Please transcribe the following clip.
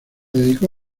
dedicó